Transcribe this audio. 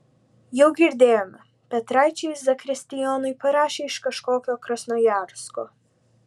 jau girdėjome petraičiai zakristijonui parašė iš kažkokio krasnojarsko